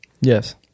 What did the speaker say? yes